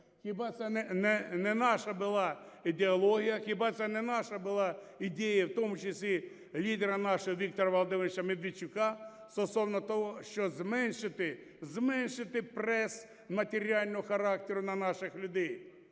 Хіба це не наша була ідеологія? Хіба це не наша була ідея, в тому числі лідера нашого Віктора Володимировича Медведчука, стосовно того, щоб зменшити, зменшити прес матеріального характеру на наших людей?